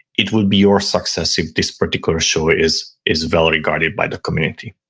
it will be your success if this particular show is is well regarded by the community.